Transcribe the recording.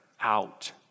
out